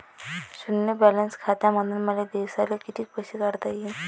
शुन्य बॅलन्स खात्यामंधून मले दिवसाले कितीक पैसे काढता येईन?